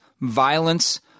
violence